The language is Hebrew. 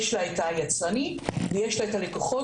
יש לה את היצרנים ויש לה את הלקוחות